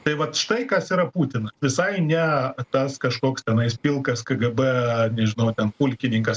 tai vat štai kas yra putinas visai ne tas kažkoks tenais pilkas kgb nežinau ten pulkininkas